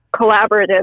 collaborative